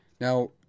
Now